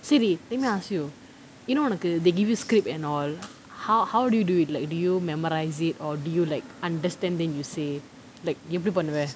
siri let me ask you என்ன உனக்கு:enna unakku they give you script and all how how do you do it like do you memorise it or do you like understand then you say like எப்டி பண்ணுவே:epdi pannuvae